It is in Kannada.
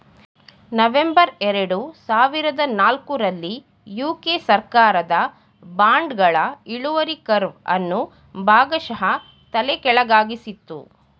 ನವೆಂಬರ್ ಎರಡು ಸಾವಿರದ ನಾಲ್ಕು ರಲ್ಲಿ ಯು.ಕೆ ಸರ್ಕಾರದ ಬಾಂಡ್ಗಳ ಇಳುವರಿ ಕರ್ವ್ ಅನ್ನು ಭಾಗಶಃ ತಲೆಕೆಳಗಾಗಿಸಿತ್ತು